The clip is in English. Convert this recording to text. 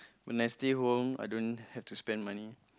when I stay home I don't have to spend money